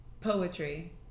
poetry